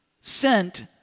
sent